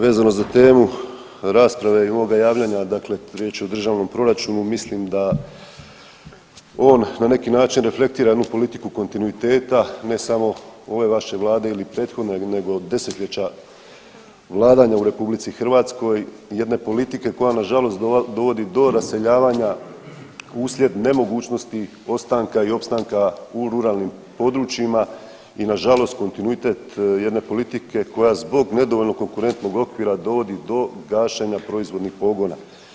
Vezano za temu rasprave i moga javljanja dakle riječ je o državnom proračunu, mislim da on na neki način reflektira jednu politiku kontinuiteta ne samo ove vaše Vlade ili prethodne nego desetljeća vladanja u RH i jedne politike koja nažalost dovodi do raseljavanja uslijed nemogućnost ostanka i opstanka u ruralnim područjima i nažalost kontinuitet jedne politike koja zbog nedovoljno konkurentnog okvira dovodi gašenja proizvodnih pogona.